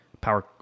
power